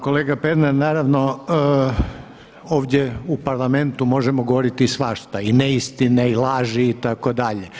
Kolega Pernar naravno ovdje u Parlamentu možemo govoriti svašta i neistine i laži itd.